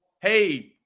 hey